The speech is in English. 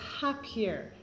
happier